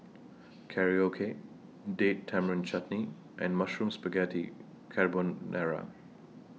Korokke Date Tamarind Chutney and Mushroom Spaghetti Carbonara